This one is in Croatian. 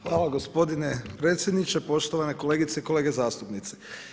Hvala gospodine predsjedniče, poštovane kolegice i kolege zastupnici.